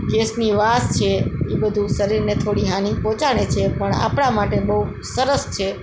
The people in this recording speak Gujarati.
ગેસની વાસ છે એ બધું શરીરને થોડી હાની પહોંચાડે છે પણ આપણા માટે બહુ સરસ છે